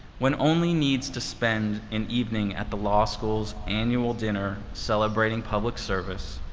one only needs to spend an evening at the law school's annual dinner celebrating public service,